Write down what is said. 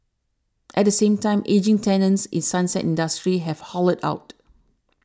at the same time ageing tenants in sunset industries have hollowed out